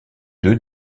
deux